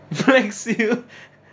seal